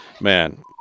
man